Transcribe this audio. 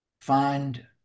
find